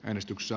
äänestyksessä